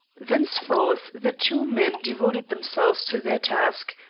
thenceforth the two men devoted themselves to their task,